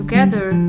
Together